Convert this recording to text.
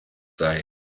sei